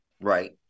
Right